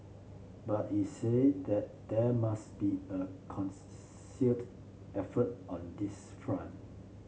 but he said that there must be a concerted effort on this front